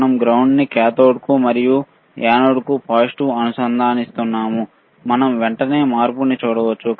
మనం గ్రౌండ్ని కాథోడ్కు మరియు యానోడ్కు పాజిటివ్ అనుసంధానిస్తున్నాము మనం వెంటనే మార్పును చూడవచ్చు